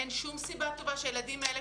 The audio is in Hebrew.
אין שום סיבה טובה שהילדים האלה,